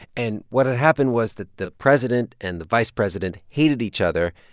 and what had happened was that the president and the vice president hated each other.